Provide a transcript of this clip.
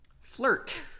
flirt